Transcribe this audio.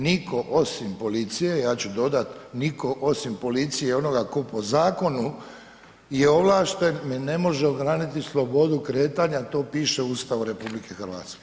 Nitko osim policije, ja ću dodat, nitko osim policije i onoga tko po zakonu je ovlašten, mi ne može ograničiti slobodu kretanja, to piše u Ustavu RH.